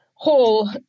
Whole